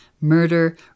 murder